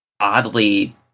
oddly